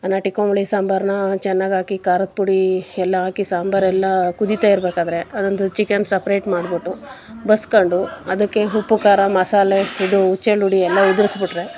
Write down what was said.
ನಾಟಿ ಕೋಳಿ ಸಾಂಬಾರನ್ನ ಚೆನ್ನಾಗಿ ಹಾಕಿ ಖಾರದ ಪುಡಿ ಎಲ್ಲ ಹಾಕಿ ಸಾಂಬಾರು ಎಲ್ಲ ಕುದಿತಾ ಇರಬೇಕಾದ್ರೆ ಅದೊಂದು ಚಿಕನ್ ಸಪ್ರೇಟ್ ಮಾಡಿಬಿಟ್ಟು ಬಸ್ಕೊಂಡು ಅದಕ್ಕೆ ಉಪ್ಪು ಖಾರ ಮಸಾಲೆ ಇದು ಉಚ್ಚೆಳ್ಳು ಪುಡಿ ಎಲ್ಲ ಉದ್ರಿಸ್ಬಿಟ್ರೆ